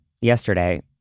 yesterday